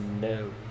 No